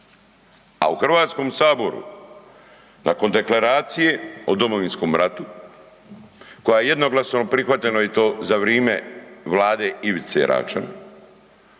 A u Hrvatskom saboru nakon Deklaracije o Domovinskom ratu koja je jednoglasno prihvaćena i to za vrijeme Vlade Ivice Račana,